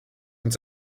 und